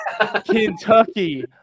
Kentucky